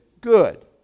good